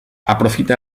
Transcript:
aprofita